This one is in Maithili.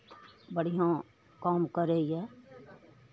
बढ़िआँ काम करैए